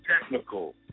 technical